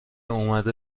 اومده